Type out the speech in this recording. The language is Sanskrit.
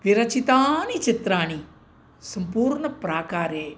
विरचितानि चित्राणि सम्पूर्णं प्राकारे